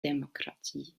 demokratie